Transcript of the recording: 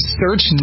search